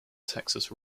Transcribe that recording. texas